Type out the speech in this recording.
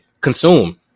consume